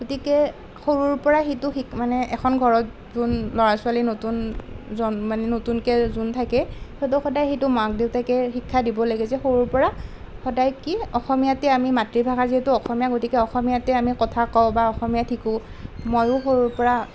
গতিকে সৰুৰ পৰা সেইটো শিক মানে এখন ঘৰত নতুন যোন ল'ৰা ছোৱালী নতুন জন মানে নতুনকে যোন থাকে সেইটো সদায় সেইটো মাক দেউতাকে শিক্ষা দিব লাগে যে সৰুৰ পৰা সদায় কি অসমীয়াতে আমি মাতৃভাষা যিহেতু অসমীয়া গতিকে অসমীয়াতে আমি কথা কওঁ বা অসমীয়াত শিকোঁ ময়ো সৰুৰ পৰা